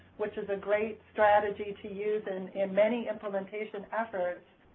which is a great strategy to use and in many implementation efforts,